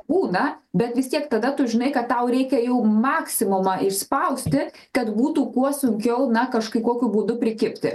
būna bet vis tiek tada tu žinai kad tau reikia jau maksimumą išspausti kad būtų kuo sunkiau na kažkai kokiu būdu prikibti